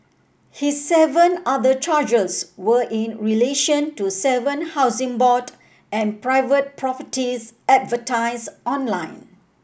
his seven other charges were in relation to seven Housing Board and private properties advertised online